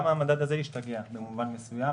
גם המדד הזה השתגע במובן מסוים,